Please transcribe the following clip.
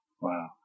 Wow